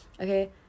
okay